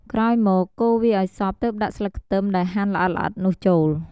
ក្រោយមក កូរវាឱ្យសព្វទើបដាក់ស្លឹកខ្ទឹមដែលហាន់ល្អិតៗនោះចូល។